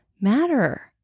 matter